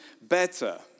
better